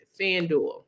FanDuel